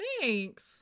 Thanks